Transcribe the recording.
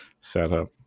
setup